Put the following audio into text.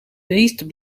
beest